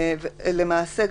למעשה,